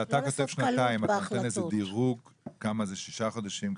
כשאתה כותב שנתיים אתה נותן איזה דירוג כמה זה שישה חודשים?